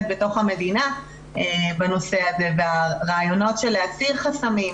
בתוך המדינה בנושא הזה והרעיונות של להסיר חסמים,